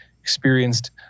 experienced